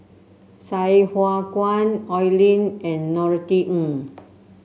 Sai Hua Kuan Oi Lin and Norothy Ng